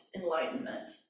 enlightenment